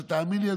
תאמין לי,